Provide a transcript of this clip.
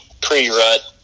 pre-rut